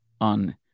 on